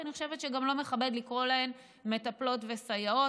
כי אני חושבת שלא מכבד לקרוא להן מטפלות וסייעות.